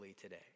today